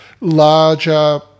larger